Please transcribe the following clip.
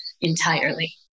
entirely